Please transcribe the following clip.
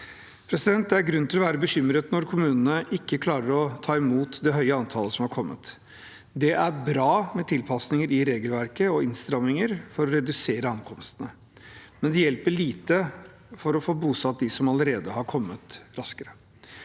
Det er grunn til å være bekymret når kommunene ikke klarer å ta imot det høye antallet som har kommet. Det er bra med tilpasninger i regelverket og innstramminger for å redusere ankomstene, men det hjelper lite for å få bosatt dem som allerede har kommet, raskere.